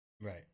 Right